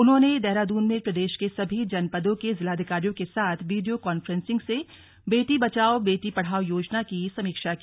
उन्होंने देहरादून में प्रदेश के सभी जनपदों के जिलाधिकारियों के साथ वीडियो कॉन्फ्रेंसिंग से बेटी बचाओ बेटी पढ़ाओ योजना की समीक्षा की